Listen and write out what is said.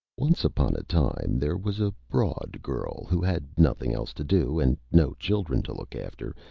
once upon a time there was a broad girl who had nothing else to do and no children to look after,